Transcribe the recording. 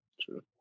True